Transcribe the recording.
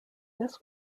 this